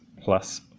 plus